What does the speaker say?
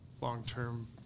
long-term